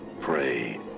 pray